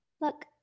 Look